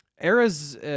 Eras